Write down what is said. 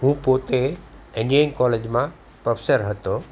હું પોતે એન્જિરિંગ કોલેજમાં પ્રોફેસર હતો